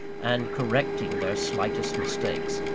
and correcting their slightest mistakes,